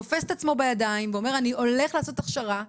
תופס את עצמו בידיים והולך לעשות הכשרה,